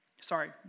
Sorry